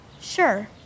Sure